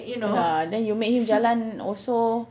ya then you make him jalan also